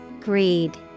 Greed